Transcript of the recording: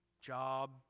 job